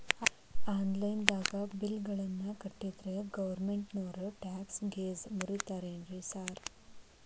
Online ದಾಗ bill ಗಳನ್ನಾ ಕಟ್ಟದ್ರೆ ಗೋರ್ಮೆಂಟಿನೋರ್ ಟ್ಯಾಕ್ಸ್ ಗೇಸ್ ಮುರೇತಾರೆನ್ರಿ ಸಾರ್?